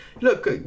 look